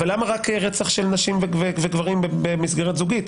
למה רק רצח של נשים וגברים במסגרת זוגית?